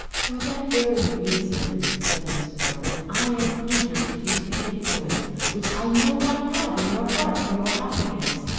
for that very reason, said miss portman, i am eager to use the influence which i know i have in your heart for your happiness.